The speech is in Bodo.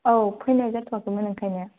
औ फैनाय जाथ'वाखैमोन ओंखायनो